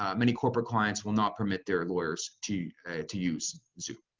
um many corporate clients will not permit their lawyers to to use zoom.